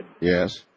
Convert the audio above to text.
yes